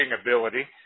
ability